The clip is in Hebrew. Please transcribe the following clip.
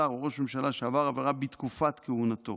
שר או ראש ממשלה שעבר עבירה בתקופת כהונתו